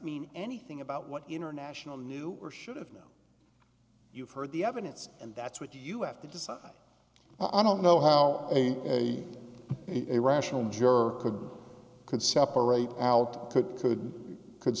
mean anything about what international knew or should know you've heard the evidence and that's what you have to decide i don't know how a rational juror could could separate out could could could